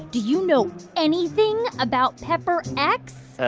do you know anything about pepper x?